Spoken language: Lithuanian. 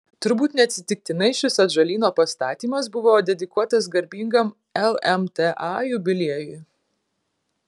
turbūt neatsitiktinai šis atžalyno pastatymas buvo dedikuotas garbingam lmta jubiliejui